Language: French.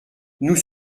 nous